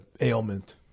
ailment